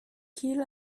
kiel